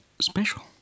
special